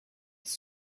his